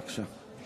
בבקשה.